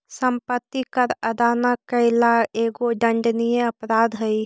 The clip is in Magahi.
सम्पत्ति कर अदा न कैला एगो दण्डनीय अपराध हई